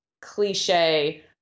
cliche